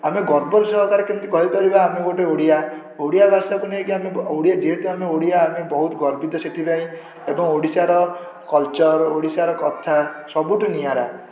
ଆମେ ଗର୍ବର ସହକାରେ କେମିତି କହିପାରିବା ଆମେ ଗୋଟେ ଓଡ଼ିଆ ଓଡ଼ିଆ ଭାଷାକୁ ନେଇ ଯେହେତୁ ଆମେ ଓଡ଼ିଆ ଆମେ ବହୁତ ଗର୍ବିତ ସେଥିପାଇଁ ଏବଂ ଓଡ଼ିଶାର କଲ୍ଚର୍ ଓଡ଼ିଶାର କଥା ସବୁଠୁ ନିଆରା